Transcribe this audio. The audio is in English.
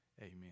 Amen